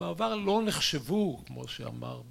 בעבר לא נחשבו, כמו שאמר,